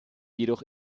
jedoch